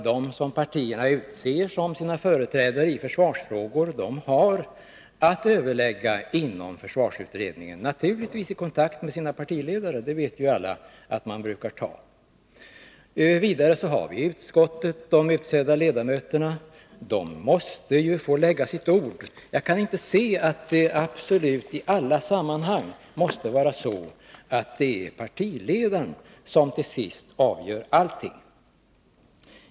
Dem som partierna utser såsom sina företrädare i försvarsfrågor har att överlägga inom försvarsutredningen — naturligtvis i kontakt med sina partiledare. Vi vet alla att så brukar ske. Vidare har vi de utsedda utskottsledamöterna. Även de måste få lägga sitt ord. Jag kan inte se att det i alla sammanhang absolut måste vara så, att partiledarna till sist avgör allting.